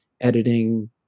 editing